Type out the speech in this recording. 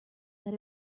that